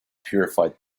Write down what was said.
purified